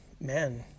man